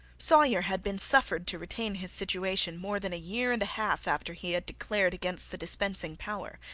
sawyer had been suffered to retain his situation more than a year and a half after he had declared against the dispensing power.